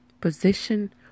position